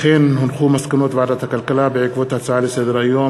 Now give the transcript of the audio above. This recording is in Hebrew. ומסקנות ועדת הכלכלה בעקבות דיון בהצעה לסדר-היום